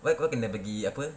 why why kena pergi apa